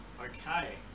Okay